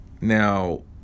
Now